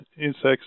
insects